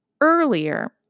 earlier